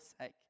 sake